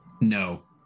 no